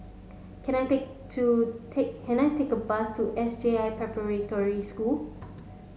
can I take to take can I take a bus to S J I Preparatory School